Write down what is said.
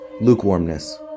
Lukewarmness